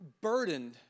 burdened